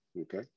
Okay